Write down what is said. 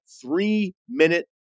three-minute